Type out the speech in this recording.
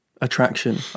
attraction